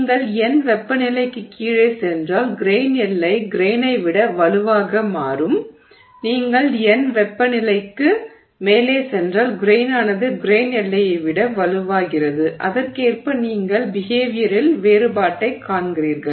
நீங்கள் n வெப்பநிலைக்குக் கீழே சென்றால் கிரெய்ன் எல்லை கிரெய்னை விட வலுவாக மாறும் நீங்கள் n வெப்பநிலைக்கு மேலே சென்றால் கிரெய்னானது கிரெய்ன் எல்லையை விட வலுவாகிறது அதற்கேற்ப நீங்கள் பிஹேவியரில் வேறுபாட்டைக் காண்கிறீர்கள்